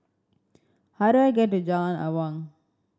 how do I get to Jalan Awang